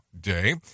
day